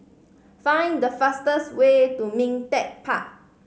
find the fastest way to Ming Teck Park